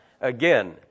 again